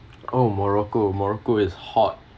oh morocco morocco is hot